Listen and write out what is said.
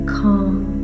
calm